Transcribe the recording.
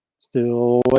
still, boy,